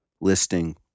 listing